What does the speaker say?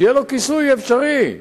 שיהיה לו כיסוי אפשרי.